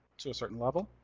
to a certain level.